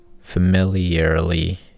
familiarly